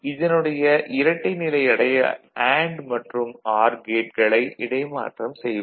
இதனுடைய இரட்டைநிலை அடைய அண்டு மற்றும் ஆர் கேட்களை இடைமாற்றம் செய்வோம்